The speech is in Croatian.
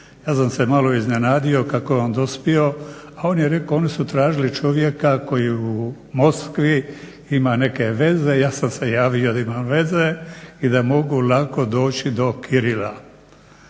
Ja sam se malo iznenadio kako je on dospio, a on je rekao oni su tražili čovjeka koji u Moskvi ima neke veze, ja sam se javio da imam veze i da mogu lako doći do Kirila.